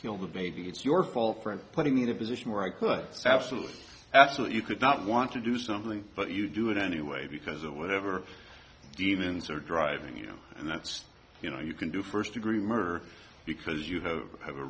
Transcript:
kill the baby it's your fault for putting in a position where i could stab solution that's what you could not want to do something but you do it anyway because of whatever demons are driving you and that's you know you can do first degree murder because you have